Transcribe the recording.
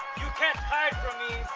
you can't hide from me.